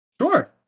Sure